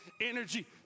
energy